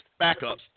Backups